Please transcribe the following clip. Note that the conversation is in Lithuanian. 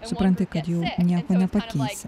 supranti kad jau nieko nepakeisi